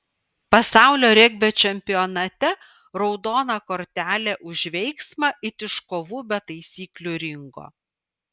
pasaulio regbio čempionate raudona kortelė už veiksmą it iš kovų be taisyklių ringo